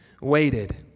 waited